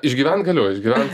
išgyvent galiu išgyvent